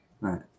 right